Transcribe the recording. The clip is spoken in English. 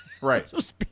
Right